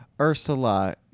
Ursula